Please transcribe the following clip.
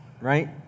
right